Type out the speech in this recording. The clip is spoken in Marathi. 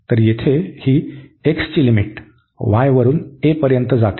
तर येथे ही x ची लिमिट y वरुन a पर्यंत जाते